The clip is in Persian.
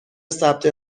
ثبت